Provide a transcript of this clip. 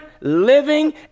living